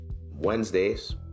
Wednesdays